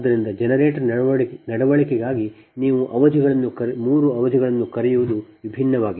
ಆದ್ದರಿಂದ ಜನರೇಟರ್ ನಡವಳಿಕೆಗಾಗಿ ನೀವು ಅವಧಿಗಳನ್ನು ಕರೆಯುವ ಮೂರು ವಿಭಿನ್ನವಾಗಿವೆ